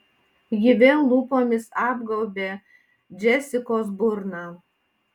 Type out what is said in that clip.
ji vėl lūpomis apgaubė džesikos burną